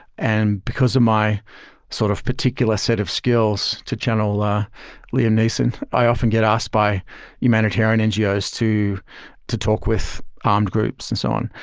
and because of my sort of particular set of skills to channel a ah liam neeson, i often get asked by humanitarian ngos to to talk with armed groups and so on.